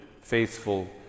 faithful